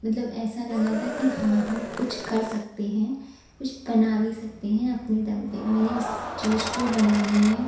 मतलब ऐसा लगा था कि हाँ हम कुछ कर सकते हैं कुछ बना भी सकते हैं अपने दम पर मैंने उस चीज़ को बनाने में